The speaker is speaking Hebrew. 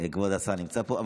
כבוד השר נמצא פה.